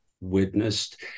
witnessed